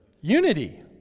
Unity